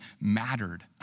mattered